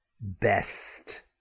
best